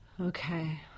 okay